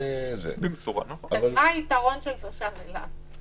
אז מה היתרון של תושב אילת?